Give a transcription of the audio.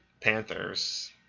Panthers